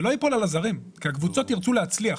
זה ייפול על הזרים כי הקבוצות ירצו להצליח.